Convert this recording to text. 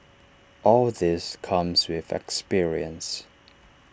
all this comes with experience